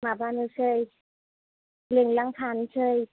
माबानोसै लिंलांफानोसै